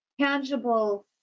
tangible